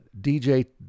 DJ